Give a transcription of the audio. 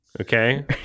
okay